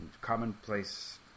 commonplace